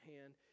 hand